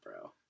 bro